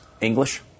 English